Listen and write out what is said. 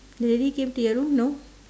the lady came to your room no